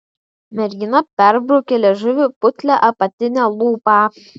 mergina perbraukė liežuviu putlią apatinę lūpą